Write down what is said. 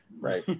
Right